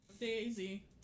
daisy